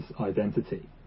identity